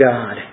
God